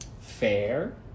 fair